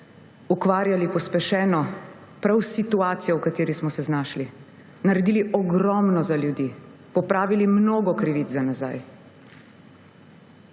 ukvarjali prav s situacijo, v kateri smo se znašli, naredili ogromno za ljudi, popravili mnogo krivic za nazaj.